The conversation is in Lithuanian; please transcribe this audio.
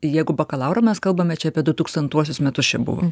jeigu bakalaurą mes kalbame čia apie du tūkstantuosius metus čia buvo